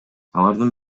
алардын